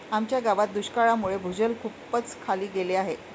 आमच्या गावात दुष्काळामुळे भूजल खूपच खाली गेले आहे